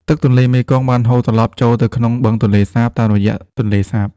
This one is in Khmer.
ទឹកពីទន្លេមេគង្គបានហូរត្រឡប់ចូលទៅក្នុងបឹងទន្លេសាបតាមរយៈទន្លេសាប។